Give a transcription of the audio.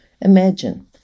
Imagine